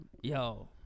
Yo